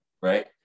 right